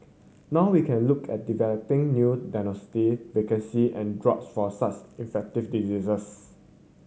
now we can look at developing new diagnostic vaccine and drugs for such infectious diseases